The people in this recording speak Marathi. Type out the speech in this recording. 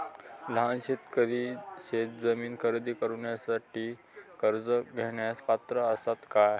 लहान शेतकरी शेतजमीन खरेदी करुच्यासाठी कर्ज घेण्यास पात्र असात काय?